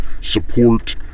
support